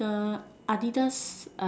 the Adidas